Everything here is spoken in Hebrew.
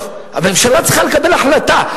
הממשלה צריכה לקבל החלטה.